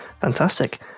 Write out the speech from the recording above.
Fantastic